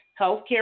healthcare